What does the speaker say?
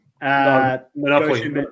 Monopoly